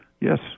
yes